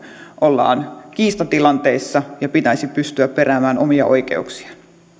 ollaan kiistatilanteessa ja pitäisi pystyä peräämään omia oikeuksiaan